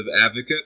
advocate